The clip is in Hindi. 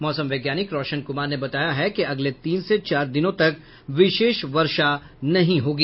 मौसम वैज्ञानिक रौशन कुमार ने बताया है कि अगले तीन से चार दिनों तक विशेष वर्षा नहीं होगी